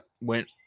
went